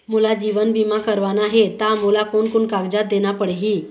मोला जीवन बीमा करवाना हे ता मोला कोन कोन कागजात देना पड़ही?